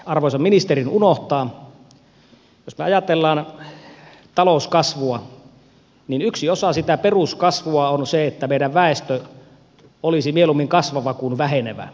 jos me ajattelemme talouskasvua niin yksi osa sitä peruskasvua on se että meidän väestö olisi mieluummin kasvava kuin vähenevä